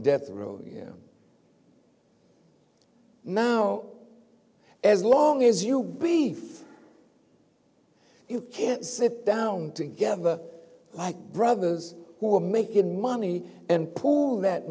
death row yeah now as long as you brief you can't sit down together like brothers who are making money and poor all that